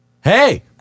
hey